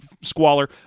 squalor